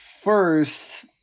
first